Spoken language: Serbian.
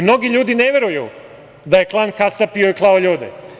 Mnogi ljudi ne veruju da je klan kasapio i klao ljude.